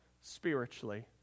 spiritually